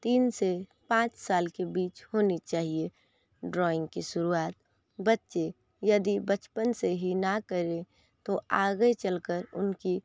तीन से पाँच साल के बीच होनी चाहिए ड्रॉइंग की शुरुआत बच्चे यदि बचपन से ही ना करें तो आगे चलकर उनकी